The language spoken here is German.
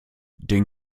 den